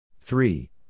three